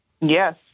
Yes